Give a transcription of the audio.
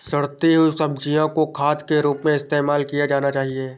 सड़ती हुई सब्जियां को खाद के रूप में इस्तेमाल किया जाना चाहिए